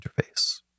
interface